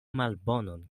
malbonon